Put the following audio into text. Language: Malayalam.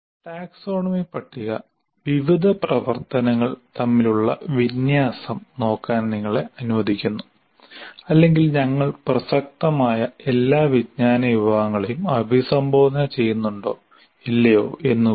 ടാക്സോണമി പട്ടിക വിവിധ പ്രവർത്തനങ്ങൾ തമ്മിലുള്ള വിന്യാസം നോക്കാൻ നിങ്ങളെ അനുവദിക്കുന്നു അല്ലെങ്കിൽ ഞങ്ങൾ പ്രസക്തമായ എല്ലാ വിജ്ഞാന വിഭാഗങ്ങളെയും അഭിസംബോധന ചെയ്യുന്നുണ്ടോ ഇല്ലയോ എന്നുകൂടി